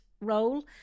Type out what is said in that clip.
role